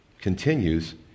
continues